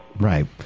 Right